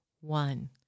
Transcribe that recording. One